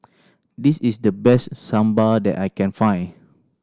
this is the best Sambar that I can find